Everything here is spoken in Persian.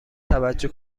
توجه